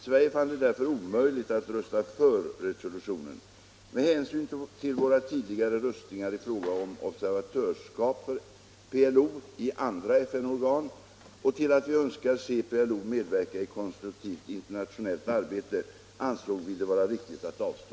Sverige fann det därför omöjligt att rösta för resolutionen. Med hänsyn till våra tidigare röstningar i fråga om ob servatörskap för PLO i andra FN-organ och till att vi önskar se PLO medverka i konstruktivt internationellt arbete ansåg vi det vara riktigast att avstå.